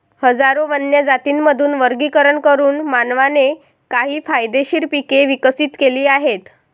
हजारो वन्य जातींमधून वर्गीकरण करून मानवाने काही फायदेशीर पिके विकसित केली आहेत